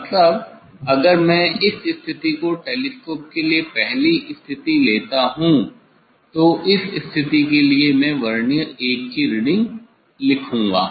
मतलब अगर मैं इस स्थिति को टेलीस्कोप के लिए पहली स्थिति लेता हूं तो इस स्थिति के लिए मैं वर्नियर 1 की रीडिंग लिखूंगा